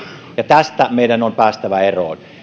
tästä meidän on päästävä eroon